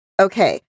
Okay